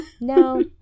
No